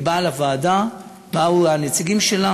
היא באה לוועדה, באו הנציגים שלה